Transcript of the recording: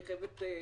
אני חייבת להודות,